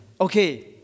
Okay